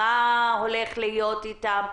מה הולך להיות אתן,